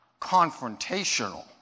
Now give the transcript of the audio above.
confrontational